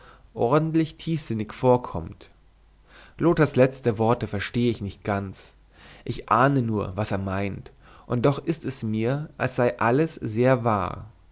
ordentlich tiefsinnig vorkommt lothars letzte worte verstehe ich nicht ganz ich ahne nur was er meint und doch ist es mir als sei alles sehr wahr